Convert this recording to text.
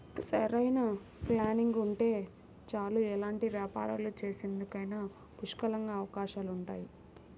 సరైన ప్లానింగ్ ఉంటే చాలు ఎలాంటి వ్యాపారాలు చేసేందుకైనా పుష్కలంగా అవకాశాలుంటాయి